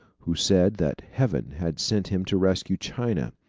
who said that heaven had sent him to rescue china.